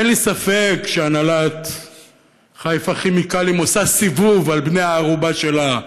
אין לי ספק שהנהלת "חיפה כימיקלים" עושה סיבוב על בני-הערובה שלה,